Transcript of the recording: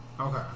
Okay